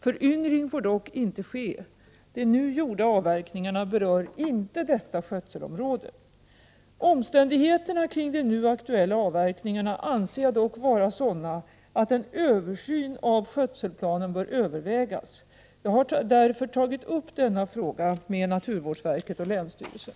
Föryngring får dock inte ske. De nu gjorda avverkningarna berör inte detta skötselområde. Omständigheterna kring de nu aktuella avverkningarna anser jag dock vara sådana att en översyn av skötselplanen bör övervägas. Jag har därför tagit upp denna fråga med naturvårdsverket och länsstyrelsen.